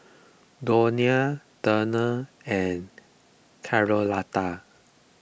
Donia Turner and Charlotta